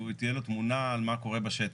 שתהיה לה תמונה על מה שקורה בשטח.